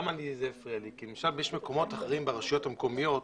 זה הפריע לי כי יש מקומות אחרים ברשויות המקומיות,